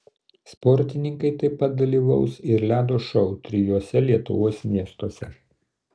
sportininkai taip pat dalyvaus ir ledo šou trijuose lietuvos miestuose